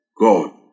God